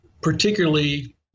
particularly